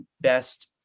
best